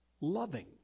loving